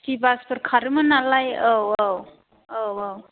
city बासफोर खारोमोन नालाय औ औ औ औ